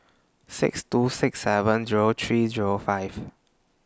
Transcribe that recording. six two six seven Zero three Zero five